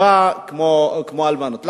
שווה כמו אלמנות?